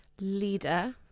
leader